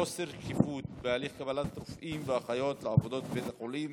חוסר שקיפות בהליך קבלת רופאים ואחים לעבודה בבתי החולים